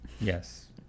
Yes